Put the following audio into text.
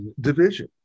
division